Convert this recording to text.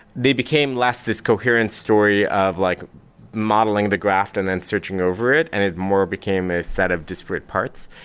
they became less this coherent story of like modeling the graph and then searching over it, and it more became a set of disparate parts.